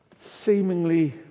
seemingly